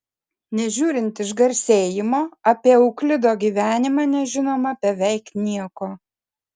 nežiūrint išgarsėjimo apie euklido gyvenimą nežinoma beveik nieko